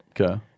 Okay